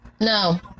No